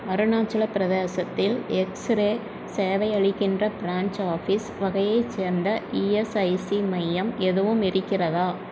அருணாச்சலப் பிரதேசத்தில் X ray சேவை அளிக்கின்ற பிரான்ச் ஆஃபீஸ் வகையைச் சேர்ந்த இஎஸ்ஐசி மையம் எதுவும் இருக்கிறதா